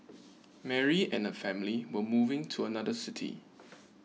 Mary and her family were moving to another city